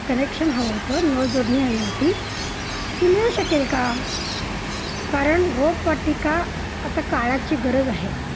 connection हवं होतं नळ जोडणी हवी होती ती मिळू शकेल का कारण रोपवाटिका आता काळाची गरज आहे